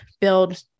build